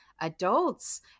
adults